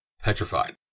petrified